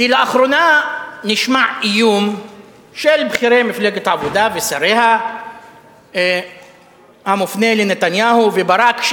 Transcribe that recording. כי לאחרונה נשמע איום של בכירי מפלגת העבודה ושריה המופנה לנתניהו וברק,